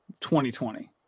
2020